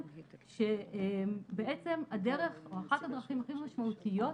שאחת הדרכים הכי משמעותיות,